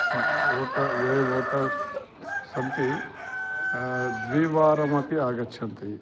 स ओट ये ओटर्स् सन्ति द्विवारमपि आगच्छन्ति